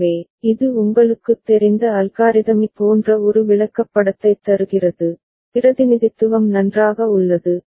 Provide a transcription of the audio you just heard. எனவே இது உங்களுக்குத் தெரிந்த அல்காரிதமிக் போன்ற ஒரு விளக்கப்படத்தைத் தருகிறது பிரதிநிதித்துவம் நன்றாக உள்ளது